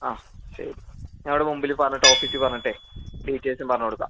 ആ ശരി ഞാൻ അവിടെ മുൻപിൽ പറഞ്ഞിട്ട് ഓഫീസിൽ പറഞ്ഞിട്ടേ ഡീറ്റെയില്സും പറഞ്ഞ് കൊടുക്കാം